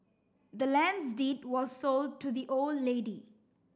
the land's deed was sold to the old lady